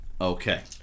Okay